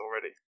already